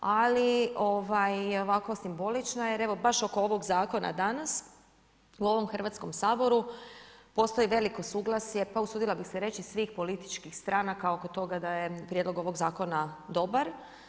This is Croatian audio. Ali ovako simbolična je, jer evo baš oko ovoga zakona danas u ovom Hrvatskom saboru postoji veliko suglasje pa usudila bih se reći svih političkih stranaka oko toga da je prijedlog ovoga zakona dobar.